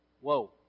Whoa